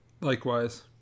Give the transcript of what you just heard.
Likewise